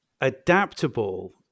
adaptable